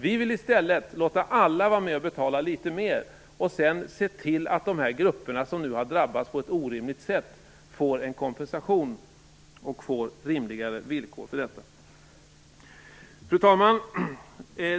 Vi vill i stället låta alla vara med och betala litet mer, och sedan se till att de grupper som nu har drabbats på ett orimligt sätt får kompensation och rimligare villkor. Fru talman!